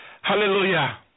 Hallelujah